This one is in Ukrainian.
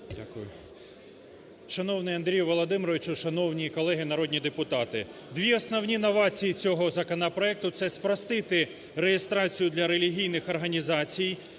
Дякую